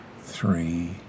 three